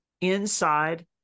inside